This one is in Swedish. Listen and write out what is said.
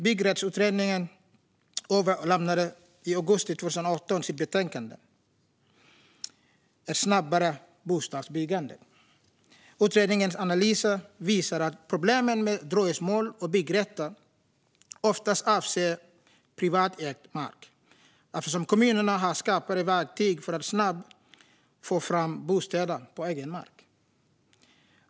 Byggrättsutredningen överlämnade i augusti 2018 sitt betänkande Ett snabbare bostadsbyggande . Utredningens analyser visar att problemen med dröjsmål och byggrätter oftast avser privatägd mark, eftersom kommunerna har skarpare verktyg för att snabbt få fram bostäder på egen mark.